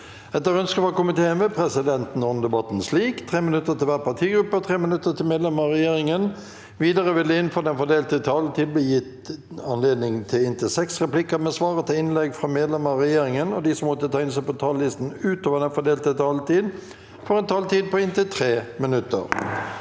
Etter ønske fra næringsko- miteen vil presidenten ordne debatten slik: 5 minutter til hver partigruppe og 5 minutter til medlemmer av regjeringen. Videre vil det – innenfor den fordelte taletid – bli gitt anledning til inntil sju replikker med svar etter innlegg fra medlemmer av regjeringen. De som måtte tegne seg på talerlisten utover den fordelte taletid, får en taletid på inntil 3 minutter.